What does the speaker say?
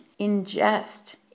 ingest